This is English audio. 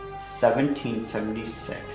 1776